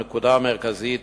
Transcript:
אך הנקודה המרכזית